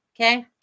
Okay